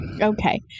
Okay